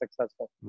successful